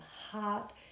heart